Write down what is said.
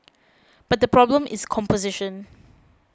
but the problem is composition